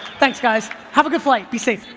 thanks guys, have a good flight, be safe,